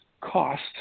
cost